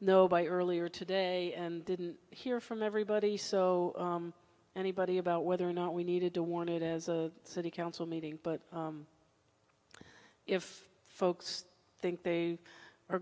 know by earlier today and didn't hear from everybody so anybody about whether or not we needed to warn it is a city council meeting but if folks think they are